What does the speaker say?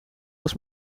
was